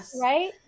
right